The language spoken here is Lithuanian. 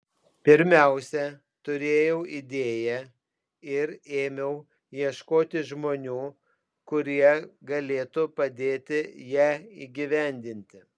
pirmiausia turėjau idėją ir ėmiau ieškoti žmonių kurie galėtų padėti ją įgyvendinti